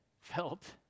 felt